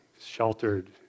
sheltered